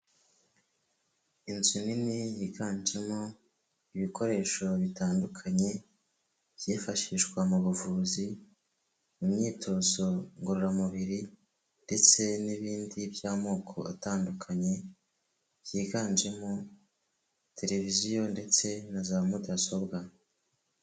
Inzu nini yiganjemo ibikoresho bitandukanye byifashishwa mu buvuzi, mu imyitozo ngororamubiri ndetse n'ibindi by'amoko atandukanye, byiganjemo tereviziyo ndetse na za mudasobwa.